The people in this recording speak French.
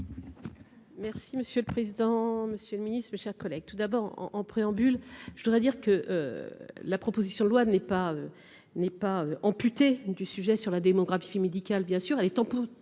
Merci monsieur le président, Monsieur le Ministre, mes chers collègues, tout d'abord en en préambule, je voudrais dire que la proposition de loi n'est pas n'est pas amputé du sujet sur la démographie médicale, bien sûr, elle est en